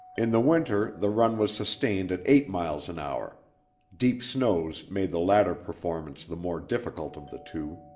in the winter the run was sustained at eight miles an hour deep snows made the latter performance the more difficult of the two.